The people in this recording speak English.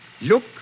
look